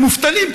הם מובטלים,